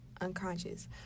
unconscious